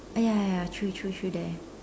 oh ya ya ya true true true that